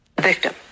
victim